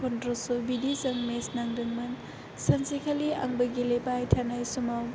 फन्द्र'स' बिदि जों मेत्स नांदोंमोन सानसेखालि आंबो गेलेबाय थानाय समाव